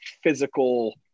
physical